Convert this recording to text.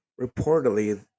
Reportedly